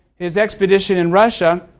his expedition in russia,